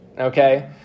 Okay